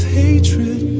hatred